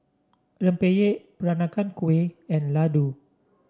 Rempeyek Peranakan Kueh and Laddu